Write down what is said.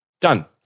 done